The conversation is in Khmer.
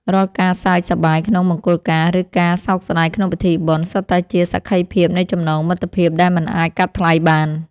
រាល់ការសើចសប្បាយក្នុងមង្គលការ ឬការសោកស្តាយក្នុងពិធីបុណ្យ សុទ្ធតែជាសក្ខីភាពនៃចំណងមិត្តភាពដែលមិនអាចកាត់ថ្លៃបាន។